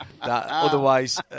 Otherwise